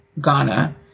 Ghana